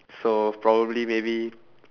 so probably maybe